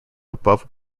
above